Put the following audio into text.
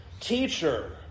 Teacher